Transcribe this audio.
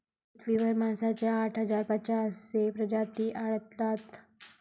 पृथ्वीवर माशांच्या आठ हजार पाचशे प्रजाती आढळतात